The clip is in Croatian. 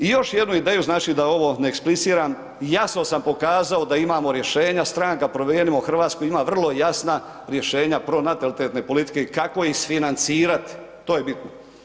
I još jednu ideju, znači da ovo ne ekspliciram, jasno sam pokazao da imamo rješenja stranka Promijenimo Hrvatsku ima vrlo jasna rješenja pronatalitetne i kako isfinancirati, to je bitno.